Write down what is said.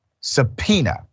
subpoena